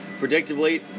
Predictably